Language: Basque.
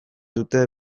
dute